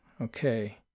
Okay